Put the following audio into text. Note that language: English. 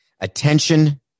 Attention